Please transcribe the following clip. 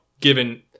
given